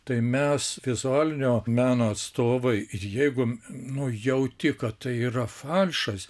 tai mes vizualinio meno atstovai ir jeigu nu jauti kad tai yra falšas